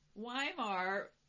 Weimar